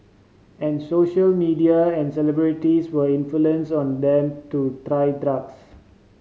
and social media and celebrities were influence on them to try drugs